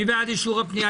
מי בעד אישור הפנייה?